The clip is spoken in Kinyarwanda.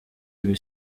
ibi